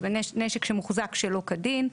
נשק שמוחזק שלא כדין.